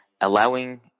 allowing